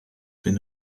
been